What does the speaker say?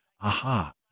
aha